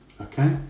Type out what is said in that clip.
Okay